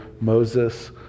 Moses